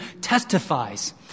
testifies